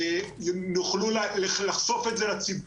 שיוכלו לחשוף את זה לציבור,